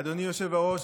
אדוני היושב-ראש,